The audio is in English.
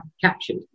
captured